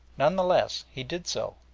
none the less he did so,